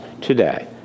today